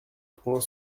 point